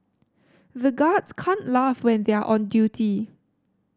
the guards can't laugh when they are on duty